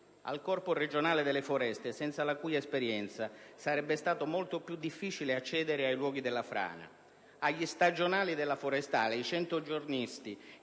al Corpo forestale regionale, senza la cui esperienza sarebbe stato molto più difficile accedere ai luoghi della frana, e agli stagionali della Forestale (i "centogiornisti"),